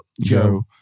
Joe